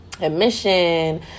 admission